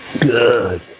Good